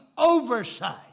Oversight